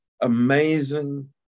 amazing